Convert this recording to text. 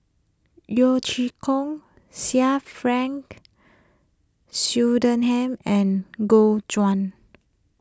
Yeo Chee Kiong Sir Frank Swettenham and Gu Juan